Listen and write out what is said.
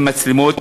עם מצלמות,